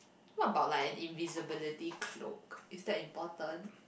what about like an invisibility cloak is that important